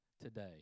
today